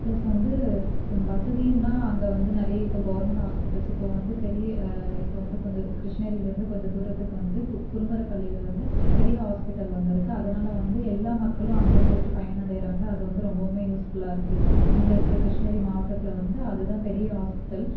plus வந்து வசதினால் அங்கே வந்து நிறைய இப்போ கவெர்மெண்ட் ஹாஸ்பிட்டல்ஸ் இப்போ வந்து பெரிய இப்போ வந்து கொஞ்சம் கிருஷ்ணகிரிலிருந்து கொஞ்ச தூரத்துக்கு வந்து குரும்பரப்பள்ளியில் வந்து பெரிய ஹாஸ்பிட்டல் வந்திருக்கு அதனால் வந்து எல்லா மக்களும் அங்கே போயிட்டு பயன் அடைகிறாங்க அது வந்து ரொம்பவுமே யூஸ்ஃபுல்லாக இருக்குது இங்கே இருக்கிற கிருஷ்ணகிரி மாவட்டத்தில் வந்து அது தான் பெரிய ஹாஸ்பிட்டல்